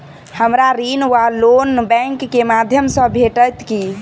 हमरा ऋण वा लोन बैंक केँ माध्यम सँ भेटत की?